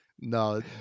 no